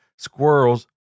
Squirrels